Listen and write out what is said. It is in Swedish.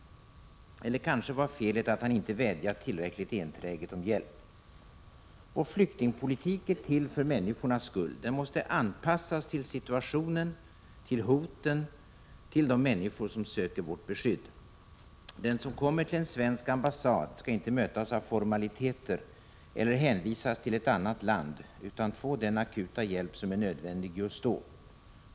Kanske var felet att han inte vädjat tillräckligt enträget om hjälp. Vår flyktingpolitik är till för människornas skull. Den måste anpassas till situationen, till hoten, till de människor som söker vårt beskydd. Den som kommer till en svensk ambassad skall inte mötas av formaliteter eller hänvisas till ett annat land utan skall få den akuta hjälp som är nödvändig just då.